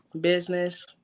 business